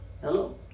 Hello